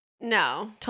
no